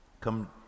Come